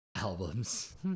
albums